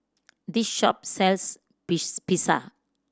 this shop sells Pizza